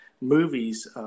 movies